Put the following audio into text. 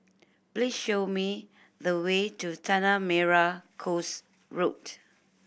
please show me the way to Tanah Merah Coast Road